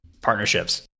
partnerships